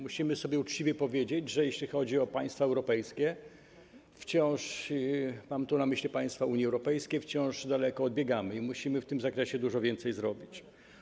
Musimy sobie uczciwie powiedzieć, że jeśli chodzi o państwa europejskie - mam tu na myśli państwa Unii Europejskiej - wciąż daleko odbiegamy i musimy w tym zakresie dużo więcej zrobić.